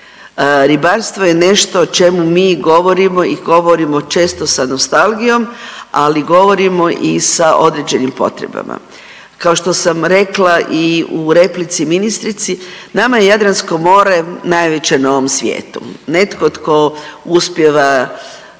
Ribarstvo je nešto o čemu mi govorimo i govorimo često sa nostalgijom, ali govorimo i sa određenim potrebama. Kao što sam rekla i u replici ministrici nama je Jadransko more najveće na ovom svijetu. Netko tko uspijeva